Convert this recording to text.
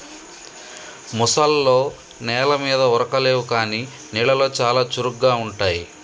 ముసల్లో నెల మీద ఉరకలేవు కానీ నీళ్లలో చాలా చురుగ్గా ఉంటాయి